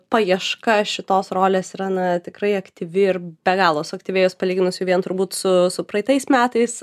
paieška šitos rolės yra na tikrai aktyvi ir be galo suaktyvėjus palyginus jau vien turbūt su su praeitais metais